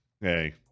Hey